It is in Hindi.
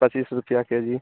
पचीस रुपया के जी